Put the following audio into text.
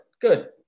good